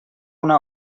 una